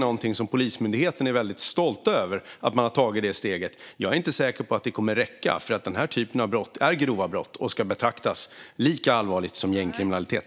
På Polismyndigheten är man väldigt stolt över att man har tagit det steget. Jag är inte säker på att det kommer att räcka, för brott av den här typen är grova brott och ska betraktas lika allvarligt som gängkriminalitet.